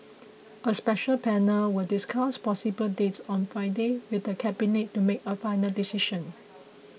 a special panel will discuss possible dates on Friday with the Cabinet to make a final decision